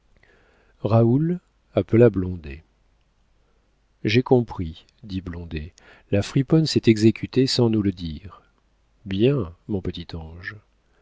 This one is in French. raoul appela blondet j'ai compris dit blondet la friponne s'est exécutée sans nous le dire bien mon petit ange